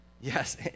Yes